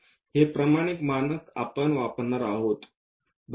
हे प्रमाणित मानक आपण वापरणार आहोत